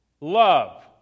Love